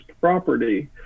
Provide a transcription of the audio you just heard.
property